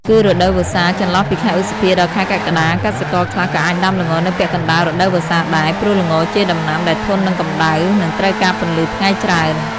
គឺរដូវវស្សា ចន្លោះពីខែឧសភា ដល់ខែកក្កដា កសិករខ្លះក៏អាចដាំល្ងនៅពាក់កណ្ដាលរដូវវស្សាដែរ ព្រោះល្ងជាដំណាំដែលធន់នឹងកម្ដៅ និងត្រូវការពន្លឺថ្ងៃច្រើន។